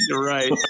right